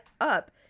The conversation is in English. up